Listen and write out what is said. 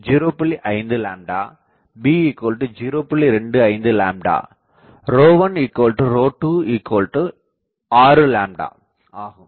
25 1 26 ஆகும்